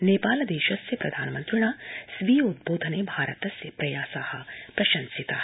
नेपालस्य प्रधानमन्त्रिणा स्वीयोद्वोधने भारतस्य प्रयासा प्रशंसिता